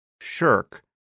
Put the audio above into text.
shirk